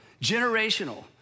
generational